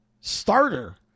starter